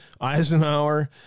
Eisenhower